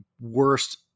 worst